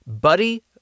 Buddy